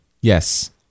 yes